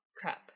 crap